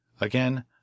Again